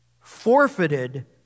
forfeited